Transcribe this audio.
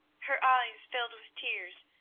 her eyes filled with tears,